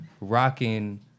rocking